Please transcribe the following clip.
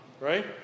Right